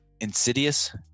insidious